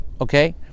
okay